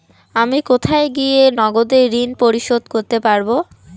আমি কোথায় গিয়ে নগদে ঋন পরিশোধ করতে পারবো?